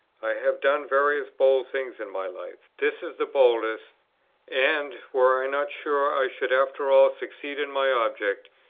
i have done various bold things in my life this is the boldest and, were i not sure i should after all succeed in my object,